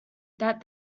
that